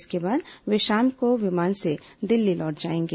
इसके बाद वे शाम को विमान से दिल्ली लौट जाएंगे